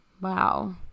wow